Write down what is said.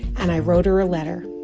and i wrote her a letter.